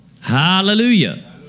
Hallelujah